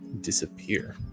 disappear